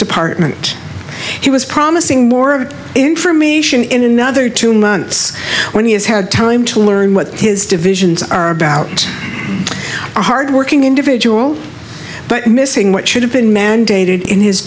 department he was promising more information in another two months when he has had time to learn what his divisions are about a hardworking individual but missing what should have been mandated in his